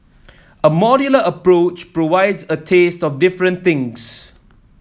a modular approach provides a taste of different things